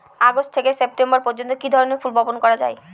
August থেকে September পর্যন্ত কি ধরনের ফুল বপন করা যায়?